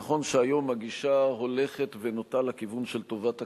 נכון שהיום הגישה הולכת ונוטה לכיוון של טובת הקטין,